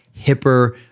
hipper